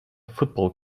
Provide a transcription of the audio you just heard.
football